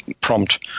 prompt